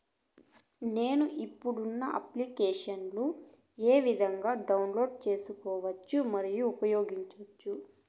నేను, ఇప్పుడు ఉన్న అప్లికేషన్లు ఏ విధంగా డౌన్లోడ్ సేసుకోవచ్చు మరియు ఉపయోగించొచ్చు?